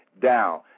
down